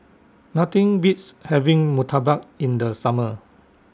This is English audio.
Nothing Beats having Murtabak in The Summer